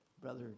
Brother